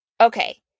Okay